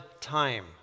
time